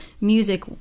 music